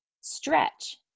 stretch